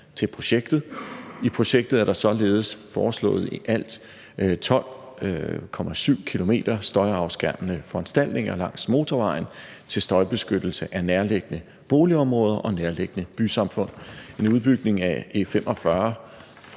til projektet. I projektet er der således foreslået i alt 12,7 km støjafskærmende foranstaltninger langs motorvejen til støjbeskyttelse af nærliggende boligområder og nærliggende bysamfund. En udbygning af E45